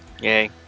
Yay